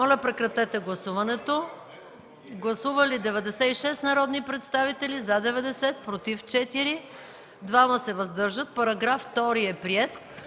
Моля, прекратете гласуването. Гласували 96 народни представители: за 90, против 4, въздържали се 2. Параграф 2 е приет.